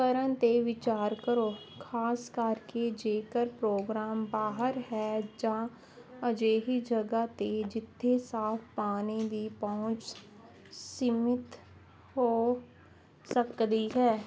ਕਰਨ 'ਤੇ ਵਿਚਾਰ ਕਰੋ ਖਾਸ ਕਰਕੇ ਜੇਕਰ ਪ੍ਰੋਗਰਾਮ ਬਾਹਰ ਹੈ ਜਾਂ ਅਜਿਹੀ ਜਗ੍ਹਾ 'ਤੇ ਜਿੱਥੇ ਸਾਫ ਪਾਣੀ ਦੀ ਪਹੁੰਚ ਸੀਮਿਤ ਹੋ ਸਕਦੀ ਹੈ